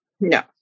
no